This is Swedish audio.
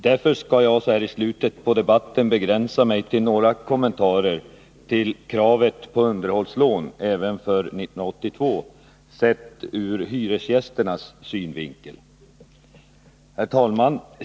Därför skall jag så här i slutet på debatten begränsa mig till några kommentarer till kravet på underhållslån även för år 1982, sett ur hyresgästernas synvinkel. Herr talman!